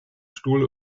stuhl